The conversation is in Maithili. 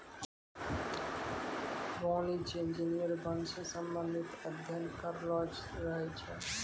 वानिकी इंजीनियर वन से संबंधित अध्ययन करलो रहै छै